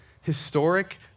historic